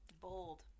bold